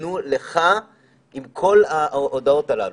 ייתנו לך עם כל ההודעות הללו.